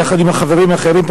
יחד עם החברים האחרים פה,